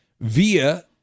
via